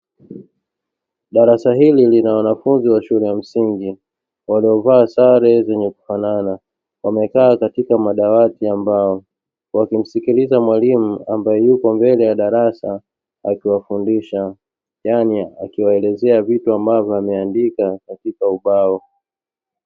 Darasa hili lina wanafunzi wa shule ya msingi wanaovaa sare zenye kufanana, wamekaa kwenye madawati ya mbao wakimsikiliza mwalimu ambae yupo mbele ya darasa, akiwafundisha yaani akiwaelezea vitu ambavyo ameandika katika ubao.